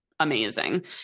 amazing